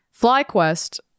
FlyQuest